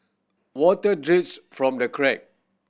water drips from the crack